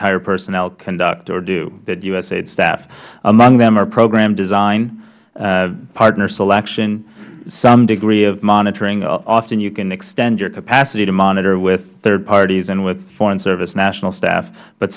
hire personnel conduct or do that usaid staffs among them are program design partner selection some degree of monitoring often you can extend your capacity to monitor with third parties and with foreign service nationals staff but